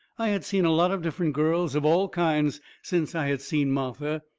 i had seen a lot of different girls of all kinds since i had seen martha.